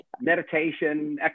meditation